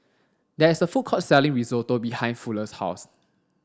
there is a food court selling Risotto behind Fuller's house